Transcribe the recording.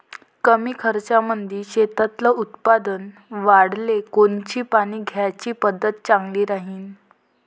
कमी खर्चामंदी शेतातलं उत्पादन वाढाले कोनची पानी द्याची पद्धत चांगली राहीन?